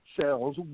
cells